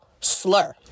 slur